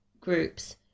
groups